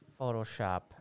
Photoshop